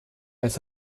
als